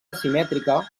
asimètrica